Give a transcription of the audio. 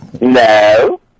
No